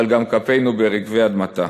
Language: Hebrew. אבל גם "כפינו ברגבי אדמתה".